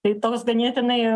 tai toks ganėtinai